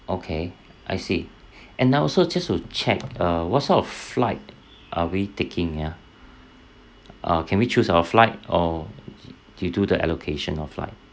okay I see and I also just to check uh what sort of flight are we taking ah uh can we choose our flight or you do the allocation of flight